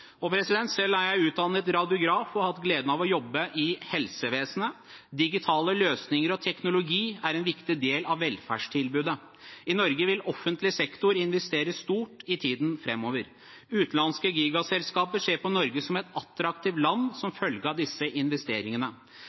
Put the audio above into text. Selv er jeg utdannet radiograf og har hatt gleden av å jobbe i helsevesenet. Digitale løsninger og teknologi er en viktig del av velferdstilbudet. I Norge vil offentlig sektor investere stort i tiden framover. Utenlandske gigaselskaper ser på Norge som et attraktivt land som følge av disse investeringene.